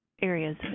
areas